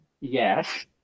Yes